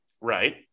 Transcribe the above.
Right